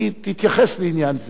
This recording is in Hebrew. היא תתייחס לעניין זה.